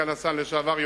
סגן השר לשעבר,